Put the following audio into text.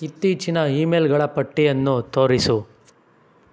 ಇತ್ತೀಚಿನ ಇಮೇಲ್ಗಳ ಪಟ್ಟಿಯನ್ನು ತೋರಿಸು